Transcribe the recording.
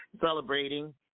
celebrating